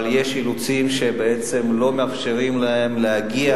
אבל יש אילוצים שבעצם לא מאפשרים להן להגיע